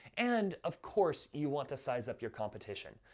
and of course, you want to size up your competition.